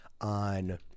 on